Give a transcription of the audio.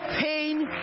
pain